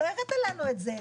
לא הראית לנו את זה.